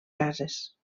cases